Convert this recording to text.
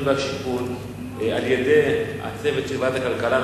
והשיכון על-ידי הצוות של ועדת הכלכלה,